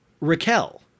Raquel